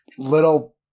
Little